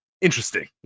interesting